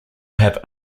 have